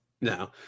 No